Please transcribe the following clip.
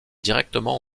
directement